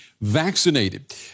vaccinated